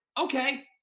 okay